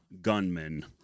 gunmen